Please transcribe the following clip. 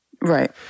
Right